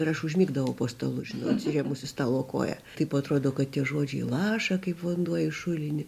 ir aš užmigdavau po stalu žinot atsirėmus į stalo koją taip atrodo kad tie žodžiai laša kaip vanduo į šulinį